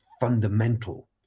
fundamental